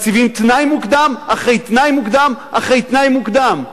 מציבים תנאי מוקדם אחרי תנאי מוקדם אחרי תנאי מוקדם,